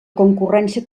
concurrència